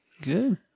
Good